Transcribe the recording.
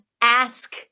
ask